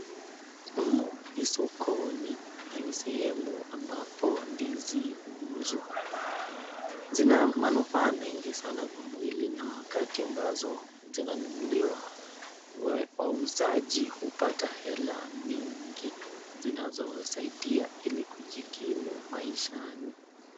Humu ni sokoni na ni sehemu ambapo ndizi huuzwa. Zina manufaa mingi sana kwa mwili na wakati ambazo zinanunuliwa wauzaji hupata hela mingi zinazowasaidia ili kujikimu maishani.